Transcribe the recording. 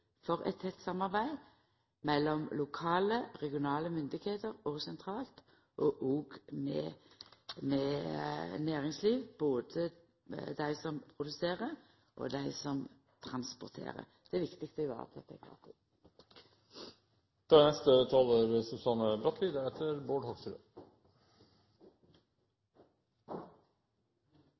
for eit tett samarbeid mellom lokale og regionale myndigheiter og sentrale myndigheiter, og òg med næringslivet, både dei som produserer, og dei som transporterer. Det er det viktig å ta vare på